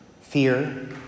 fear